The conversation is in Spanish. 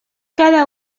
cada